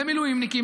למילואימניקים,